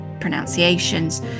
pronunciations